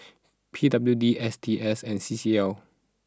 P W D S T S and C C L